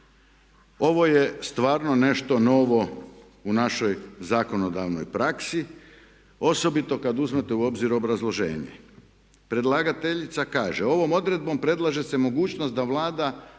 Ovo je stvarno nešto novo u našoj zakonodavnoj praksi osobito kad uzmete u obzir obrazloženje. Predlagateljica kaže: „Ovom odredbom predlaže se mogućnost da Vlada